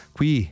Qui